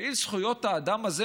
פעיל זכויות האדם הזה,